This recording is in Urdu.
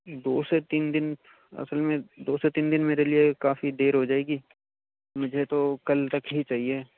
دو سے تین دِن اصل میں دو سے تین دِن میرے لیے کافی دیر ہو جائے گی مجھے تو کل تک ہی چاہیے